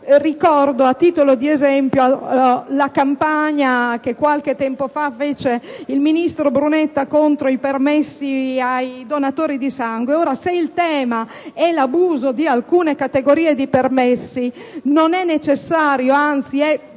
Ricordo a titolo di esempio la campagna promossa qualche tempo fa dal ministro Brunetta contro i permessi concessi ai donatori di sangue. Ora, se il tema è l'abuso di alcune categorie di permessi, non è necessario, anzi è profondamente